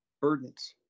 burdens